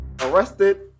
arrested